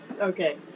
okay